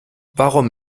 warum